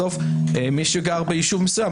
בסוף מי שגר ביישוב מסוים,